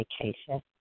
vacation